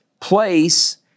place